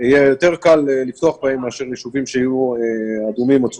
יהיה יותר קל לפתוח בהם מאשר יישובים שיהיו אדומים או צהובים.